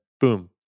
boom